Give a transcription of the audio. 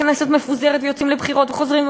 והכנסת מפוזרת ויוצאים לבחירות וחוזרים,